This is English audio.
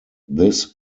this